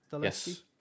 Yes